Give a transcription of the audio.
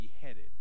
beheaded